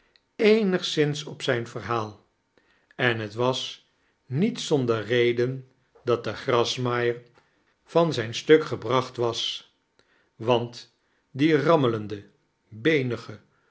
eenigszins op zijn verhaal en t was niet zonder redea dat de grasmaaier van zijn stuk geibracht was want die rammelende